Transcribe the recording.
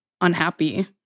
unhappy